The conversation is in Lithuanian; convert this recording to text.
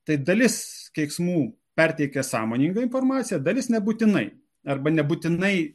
tai dalis keiksmų perteikia sąmoningą formaciją dalis nebūtinai arba nebūtinai